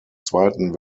zweiten